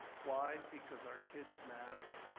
why, because our kids matter.